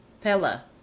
Pella